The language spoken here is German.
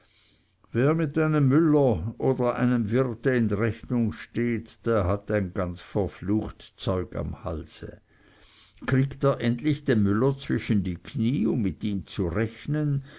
wer mit einem müller oder einem wirte in rechnung steht der hat ein ganz verflucht zeug am halse kriegt er endlich den müller zwischen die knie um mit ihm zu rechnen